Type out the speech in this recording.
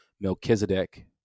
Melchizedek